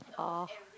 oh